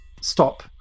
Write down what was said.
stop